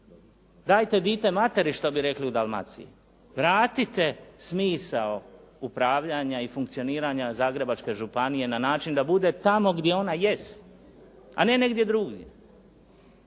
Dajte dite materi, što bi rekli u Dalmaciji. Vratite smisao upravljanja i funkcioniranja Zagrebačke županije na način da bude tamo gdje ona jest, a ne negdje drugdje.